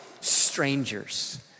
strangers